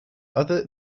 other